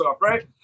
right